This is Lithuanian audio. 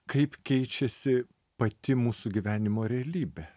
kaip keičiasi pati mūsų gyvenimo realybė